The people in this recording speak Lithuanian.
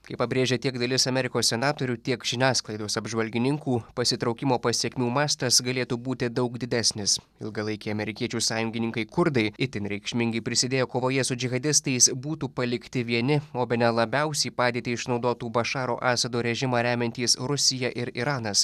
kaip pabrėžia tiek dalis amerikos senatorių tiek žiniasklaidos apžvalgininkų pasitraukimo pasekmių mastas galėtų būti daug didesnis ilgalaikiai amerikiečių sąjungininkai kurdai itin reikšmingai prisidėję kovoje su džihadistais būtų palikti vieni o bene labiausiai padėtį išnaudotų bašaro asado režimą remiantys rusija ir iranas